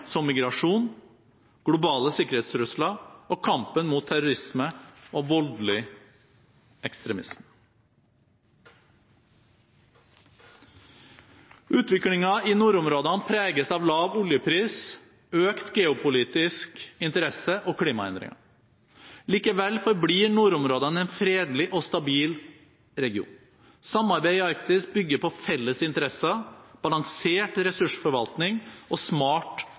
som migrasjon, globale sikkerhetstrusler og kampen mot terrorisme og voldelig ekstremisme. Utviklingen i nordområdene preges av lav oljepris, økt geopolitisk interesse og klimaendringer. Likevel forblir nordområdene en fredelig og stabil region. Samarbeidet i Arktis bygger på felles interesser, balansert ressursforvaltning og smart